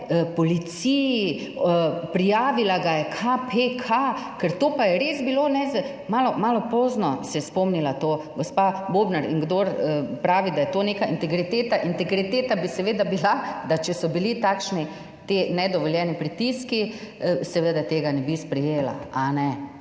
policiji. Prijavila ga je KPK, ker to pa je res bilo. Malo pozno se je spomnila to gospa Bobnar. In kdor pravi, da je to neka integriteta? Integriteta bi seveda bila, da če so bili takšni ti nedovoljeni pritiski, seveda tega ne bi sprejela. Potem